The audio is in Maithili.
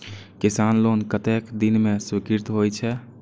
किसान लोन कतेक दिन में स्वीकृत होई छै?